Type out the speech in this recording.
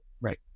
Right